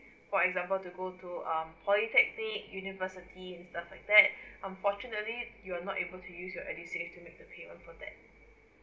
for example to go to um polytechnic university and stuff like that unfortunately you're not able to use your edusave to make the payment for that